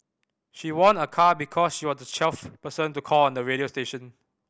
she won a car because she was the twelfth person to call on the radio station